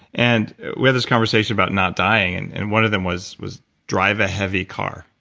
and we had this conversation about not dying, and one of them was was drive a heavy car,